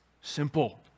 simple